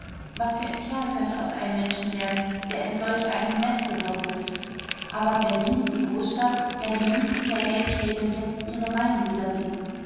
was für ein kerl könnte aus einem menschen werden der in solch einem neste wurzelt aber berlin die großstadt der die jüngsten der gelbschnäbel jetzt ihre maienlieder singen